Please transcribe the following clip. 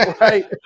right